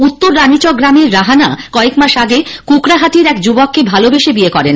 উত্তর রাণীচক গ্রামের রাহানা কয়েক মাস আগে কুকড়াহাটির এক যুবককে ভালবেসে বিয়ে করেন